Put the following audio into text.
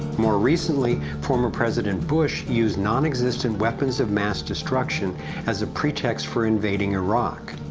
more recently, former president bush used non-existent weapons of mass destruction as a pretext for invading iraq.